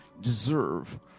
deserve